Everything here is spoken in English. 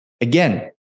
again